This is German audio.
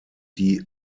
die